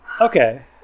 Okay